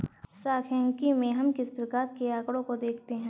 सांख्यिकी में हम किस प्रकार के आकड़ों को देखते हैं?